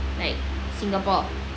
like singapore